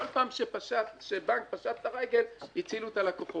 בכל פעם שבנק פשט את הרגל, הצילו את הלקוחות.